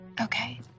okay